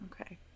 Okay